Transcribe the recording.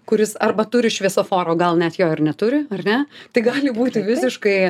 kuris arba turi šviesoforo gal net jo ir neturi ar ne tai gali būti visiškai